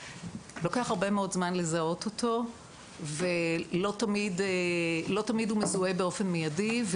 לוקח הרבה מאוד זמן לזהות אותו ולא תמיד הוא מזוהה באופן מיידי,